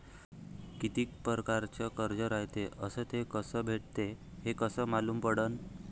कितीक परकारचं कर्ज रायते अस ते कस भेटते, हे कस मालूम पडनं?